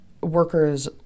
workers